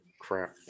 crap